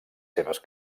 seves